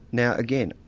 now again,